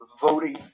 voting